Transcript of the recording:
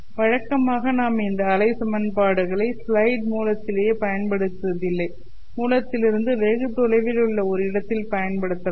வழக்கமாக நாம் இந்த அலை சமன்பாடுகளை ஸ்லைடு மூலத்திலேயே பயன்படுத்துவதில்லை மூலத்திலிருந்து வெகு தொலைவில் உள்ள ஒரு இடத்தில் பயன்படுத்தலாம்